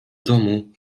domu